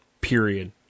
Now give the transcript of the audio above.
period